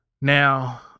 Now